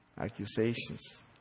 accusations